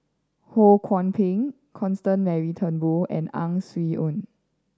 Ho Kwon Ping Constance Mary Turnbull and Ang Swee Aun